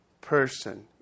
person